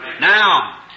Now